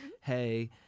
hey